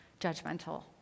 judgmental